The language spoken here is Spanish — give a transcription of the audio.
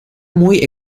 muy